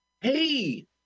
Hey